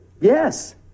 Yes